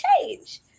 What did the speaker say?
change